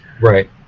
Right